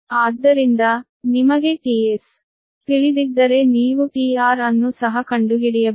ಆದ್ದರಿಂದ ನಿಮಗೆ tS ತಿಳಿದಿದ್ದರೆ ನೀವು tR ಅನ್ನು ಸಹ ಕಂಡುಹಿಡಿಯಬಹುದು